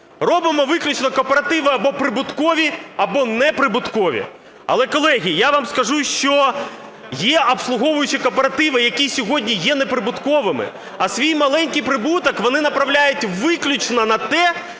робимо виключно кооперативи або прибуткові, або неприбуткові. Але, колеги, я вам скажу, що є обслуговуючі кооперативи, які сьогодні є неприбутковими, а свій маленький прибуток вони направляють виключно на те,